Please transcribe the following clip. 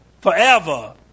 forever